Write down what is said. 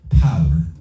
power